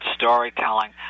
storytelling